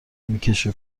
میکشه